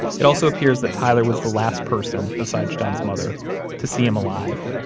it also appears that tyler was the last person besides john's mother to see him alive